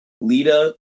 Lita